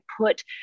put